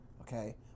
Okay